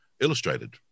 illustrated